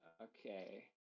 Okay